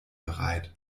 bereit